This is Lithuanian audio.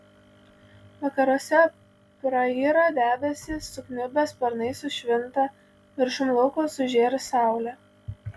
vakaruose prayra debesys sukniubę sparnai sušvinta viršum lauko sužėri saulė